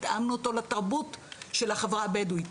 התאמנו אותו לתרבות של החברה הבדואית,